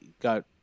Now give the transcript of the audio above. got